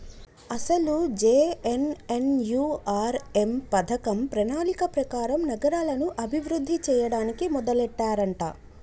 అసలు జె.ఎన్.ఎన్.యు.ఆర్.ఎం పథకం ప్రణాళిక ప్రకారం నగరాలను అభివృద్ధి చేయడానికి మొదలెట్టారంట